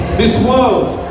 this world.